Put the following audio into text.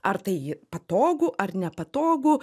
ar tai patogu ar nepatogu